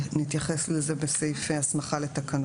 ונתייחס לזה בסעיף הסמכה לתקנות.